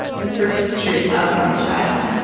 the first pictures of my child.